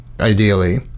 ideally